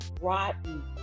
rotten